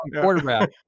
quarterback